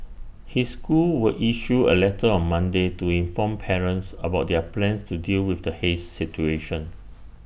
his school will issue A letter on Monday to inform parents about their plans to deal with the haze situation